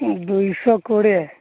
ଦୁଇଶହ କୋଡ଼ିଏ